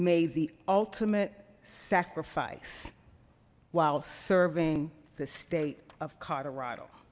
made the ultimate sacrifice while serving the state of colorado